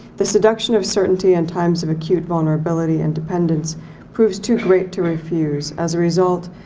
the seduction of certainty and times of acute vulnerability and dependence proves too great to refuse. as a result,